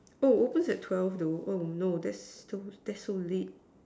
oh opens at twelve though oh no that's so late